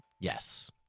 Yes